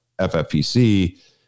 FFPC